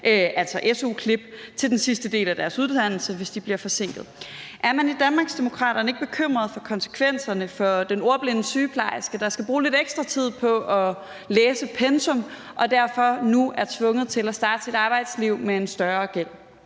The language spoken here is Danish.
altså su-klip, til den sidste del af deres uddannelse, hvis de bliver forsinket. Er man i Danmarksdemokraterne ikke bekymret for konsekvenserne for den ordblinde sygeplejerske, der skal bruge lidt ekstra tid på at læse pensum og derfor nu er tvunget til at starte sit arbejdsliv med en større gæld?